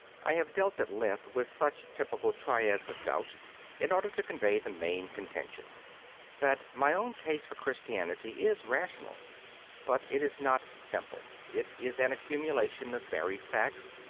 i have dealt at length with such typical triads of doubt in order to convey the main contention that my own case for christianity is rational but it is not simple. it is an accumulation of varied facts,